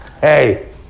hey